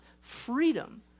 freedom